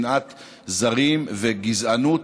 שנאת זרים וגזענות.